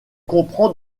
comprend